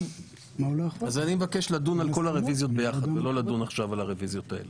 אני מבקש לדון על כל הרוויזיות ביחד ולא לדון עכשיו על הרוויזיות האלה.